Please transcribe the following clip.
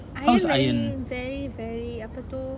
ian very very very apa tu